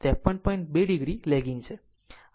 2 o લેગીગ છે